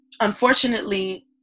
unfortunately